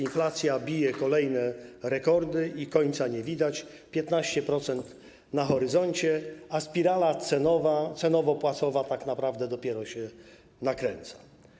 Inflacja bije kolejne rekordy i końca nie widać, 15% na horyzoncie, a spirala cenowo-płacowa tak naprawdę dopiero się nakręca.